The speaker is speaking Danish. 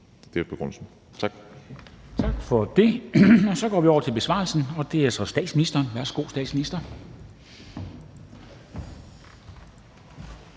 Dam Kristensen): Tak for det. Så går vi over til besvarelsen, og det er så statsministeren. Værsgo til statsministeren.